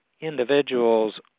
individuals